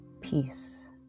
peace